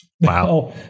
Wow